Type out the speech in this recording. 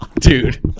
Dude